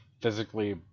physically